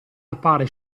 appare